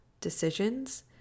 decisions